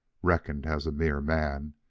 reckoned as a mere man,